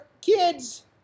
Kids